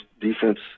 defense